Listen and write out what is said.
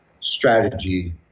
strategy